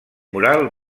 mural